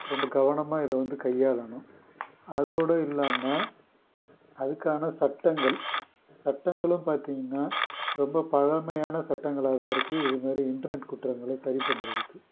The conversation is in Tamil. ரொம்ப கவனமாக இதை வந்து கையாளணும் அதோடய இல்லாமல் அதுக்கான சட்டங்கள் சட்டங்களும் பார்த்தீங்கன்னா ரொம்ப பழமையான சட்டங்களாக தான் இருக்குது இது மாதிரி இன்டர்நெட் குற்றங்களை சரி பண்ணுறதுக்கு